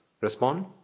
respond